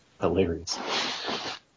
hilarious